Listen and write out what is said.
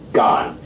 gone